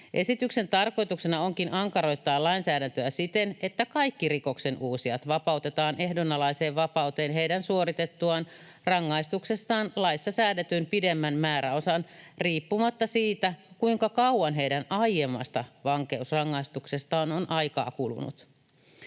Esityksen tarkoituksena onkin ankaroittaa lainsäädäntöä siten, että kaikki rikoksenuusijat vapautetaan ehdonalaiseen vapauteen heidän suoritettuaan rangaistuksestaan laissa säädetyn pidemmän määräosan riippumatta siitä, kuinka kauan heidän aiemmasta vankeusrangaistuksestaan on aikaa kulunut.